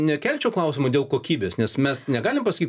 nekelčiau klausimo dėl kokybės nes mes negalim pasakyt